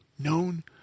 known